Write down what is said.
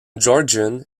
georgian